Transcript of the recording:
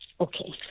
Okay